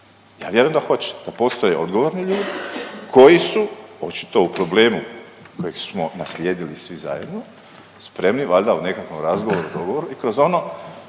Ja vjerujem da hoće da postoje odgovorni ljudi koji su očito u problemu kojeg smo naslijedili svi zajedno spremni valjda u nekakvom razgovoru, dogovoru i kroz ono